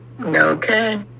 Okay